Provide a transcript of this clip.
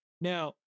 now